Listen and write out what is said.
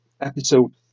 episode